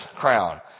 crown